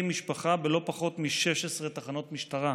משפחה בלא פחות מ-16 תחנות משטרה.